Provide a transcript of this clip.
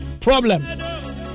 problem